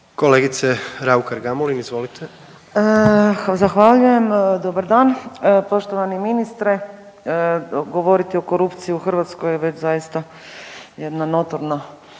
izvolite. **Raukar-Gamulin, Urša (Možemo!)** Zahvaljujem. Dobar dan. Poštovani ministre govoriti o korupciji u Hrvatskoj je već zaista jedna notorna